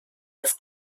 das